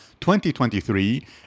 2023